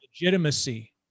legitimacy